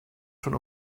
schon